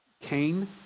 Cain